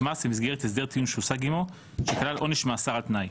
מס במסגרת סדר טיעון שהושג עמו שכלל עונש מאסר על תנאי.